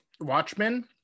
watchmen